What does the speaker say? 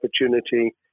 opportunity